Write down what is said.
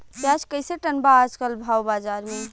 प्याज कइसे टन बा आज कल भाव बाज़ार मे?